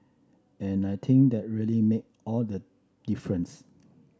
and I think that really make all the difference